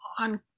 on